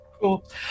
Cool